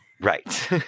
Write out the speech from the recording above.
Right